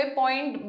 point